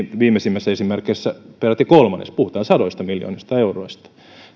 viimeisimmässä esimerkissä peräti kolmannes puhutaan sadoista miljoonista euroista